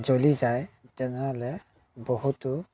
জ্বলি যায় তেনেহ'লে বহুতো